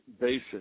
basic